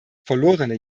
verlorene